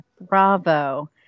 Bravo